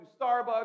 Starbucks